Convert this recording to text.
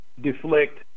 deflect